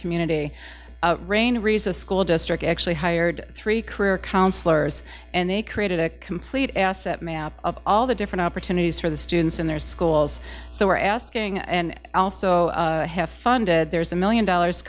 community rain reason school district actually hired three career counselors and they created a complete asset map of all the different opportunities for the students in their schools so we're asking and also have funded there's a million dollars